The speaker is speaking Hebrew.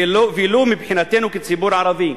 ולו מבחינתנו כציבור ערבי,